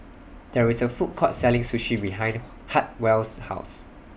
There IS A Food Court Selling Sushi behind Hartwell's House